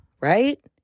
right